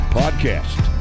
podcast